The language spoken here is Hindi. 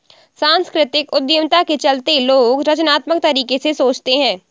सांस्कृतिक उद्यमिता के चलते लोग रचनात्मक तरीके से सोचते हैं